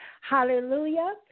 Hallelujah